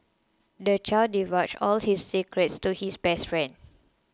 the child divulged all his secrets to his best friend